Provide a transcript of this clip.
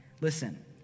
Listen